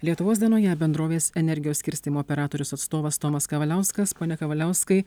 lietuvos dienoje bendrovės energijos skirstymo operatorius atstovas tomas kavaliauskas pone kavaliauskai